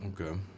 Okay